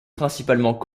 principalement